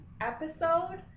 episode